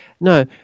No